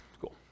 cool